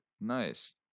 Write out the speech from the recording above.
nice